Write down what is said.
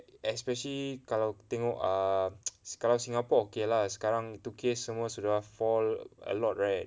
especially kalau tengok err kalau singapore okay lah sekarang itu case semua sudah fall a lot right